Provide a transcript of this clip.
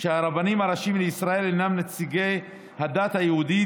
שהרבנים הראשיים לישראל הם נציגי הדת היהודית,